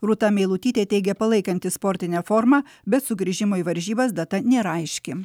rūta meilutytė teigė palaikanti sportinę formą bet sugrįžimo į varžybas data nėra aiški